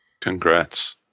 Congrats